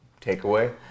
Takeaway